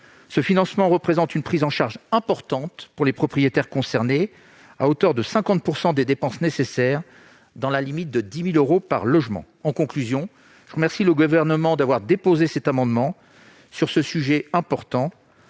Ce financement représente une prise en charge conséquente pour les propriétaires concernés, à hauteur de 50 % des dépenses nécessaires, dans la limite de 10 000 euros par logement. Je remercie le Gouvernement d'avoir lui aussi déposé un amendement sur ce sujet important.